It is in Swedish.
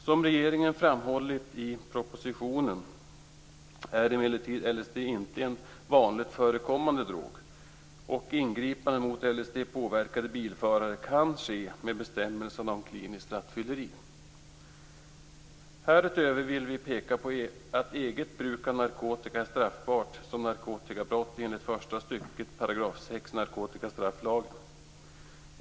Som regeringen framhållit i propositionen är emellertid LSD inte en vanligt förekommande drog, och ingripanden mot LSD-påverkade bilförare kan ske med stöd av bestämmelserna om kliniskt rattfylleri. Härutöver vill vi peka på att eget bruk av narkotika är straffbart som narkotikabrott enligt 1 § 6 narkotikastrafflagen.